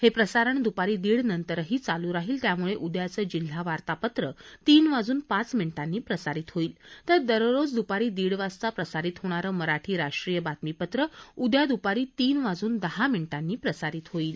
हे प्रसारण दुपारी दीड नंतरही चालू राहील त्यामुळे उद्याचं जिल्हा वार्तापत्र तीन वाजून पाच मिनिटांनी प्रसारित होईल तर दररोज दुपारी दीड वाजता प्रसारित होणारं मराठी राष्ट्रीय बातमीपत्रं उद्या दुपारी तीन वाजून दहा मिनिटांनी प्रसारित होईल